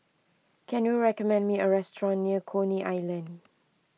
can you recommend me a restaurant near Coney Island